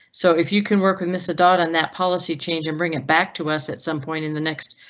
so if you can work with miss a dot on that policy change and bring it back to us at some point in the next.